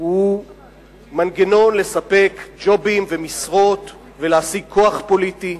הוא מנגנון לספק ג'ובים ומשרות ולהעסיק כוח פוליטי,